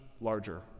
larger